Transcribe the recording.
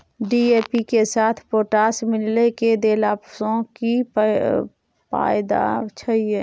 DAP के साथ potash मिललय के देला स की फायदा छैय?